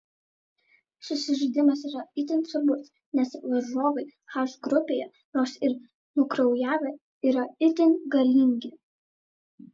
susižaidimas yra itin svarbus nes varžovai h grupėje nors ir nukraujavę yra itin galingi